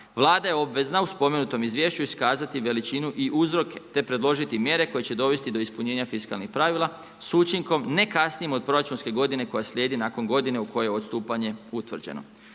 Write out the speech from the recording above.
Vlada je obvezna u spomenutom izvješću iskazati veličinu i uzroke te predložiti mjere koje će dovesti do ispunjenja fiskalnih pravila s učinkom ne kasnijim od proračunske godine koja slijedi nakon godine u kojoj je odstupanje utvrđeno.